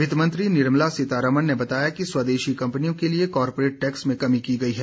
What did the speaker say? वित्तमंत्री निर्मला सीतारामन ने बताया कि स्वदेशी कंपनियों के लिए कॉरपोरेट टैक्स में कमी की गई है